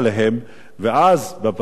ואז בהצעת החוק,